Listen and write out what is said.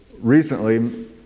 recently